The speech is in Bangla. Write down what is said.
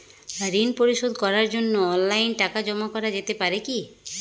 ঋন পরিশোধ করার জন্য অনলাইন টাকা জমা করা যেতে পারে কি?